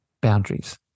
boundaries